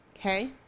Okay